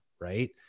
Right